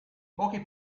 pochi